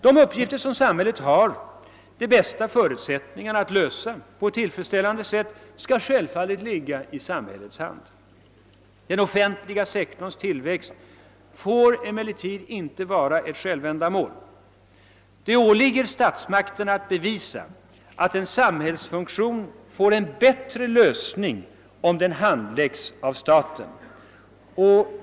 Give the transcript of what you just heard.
De uppgifter som samhället har de bästa förutsättningar att lösa på ett tillfredsställande sätt skall självfallet ligga i dess hand. Den offentliga sektorns tillväxt får dock inte vara ett självändamål. Det åligger statsmakterna att bevisa, att en samhällsfunktion får en bättre lösning om den handläggs av staten.